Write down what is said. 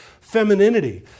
femininity